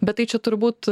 bet tai čia turbūt